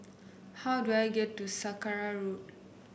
how do I get to Saraca Road